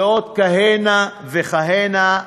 ועוד כהנה וכהנה,